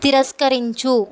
తిరస్కరించు